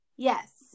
Yes